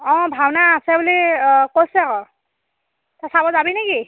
অঁ ভাওনা আছে বুলি কৈছে আকৌ তই চাব যাবি নে কি